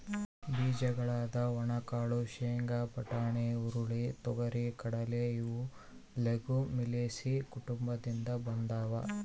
ಬೀಜಗಳಾದ ಒಣಕಾಳು ಶೇಂಗಾ, ಬಟಾಣಿ, ಹುರುಳಿ, ತೊಗರಿ,, ಕಡಲೆ ಇವು ಲೆಗುಮಿಲೇಸಿ ಕುಟುಂಬದಿಂದ ಬಂದಾವ